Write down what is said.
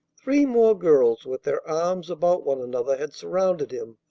three more girls with their arms about one another had surrounded him,